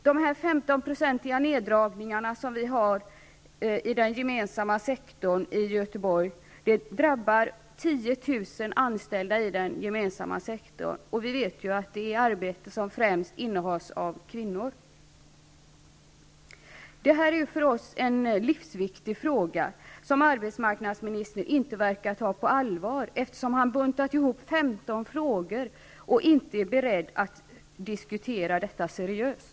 De 15-procentiga neddragningarna i den gemensamma sektorn i Göteborg drabbar 10 000 anställda. Vi vet att det är arbeten som främst innehas av kvinnor. Detta är för oss en livsviktig fråga, som arbetsmarknadsministern inte verkar ta på allvar, eftersom han har buntat ihop elva frågor och inte är beredd att diskutera seriöst.